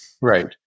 Right